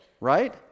right